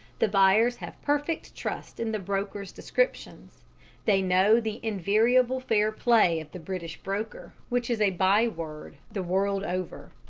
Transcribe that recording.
the buyers have perfect trust in the broker's descriptions they know the invariable fair-play of the british broker, which is a by-word the world over.